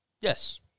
Yes